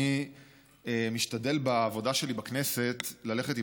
אני משתדל בעבודה שלי בכנסת ללכת עם